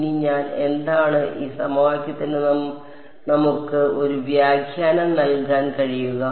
ഇനി ഞാൻ എന്താണ് ഈ സമവാക്യത്തിന് നമുക്ക് ഒരു വ്യാഖ്യാനം നൽകാൻ കഴിയുക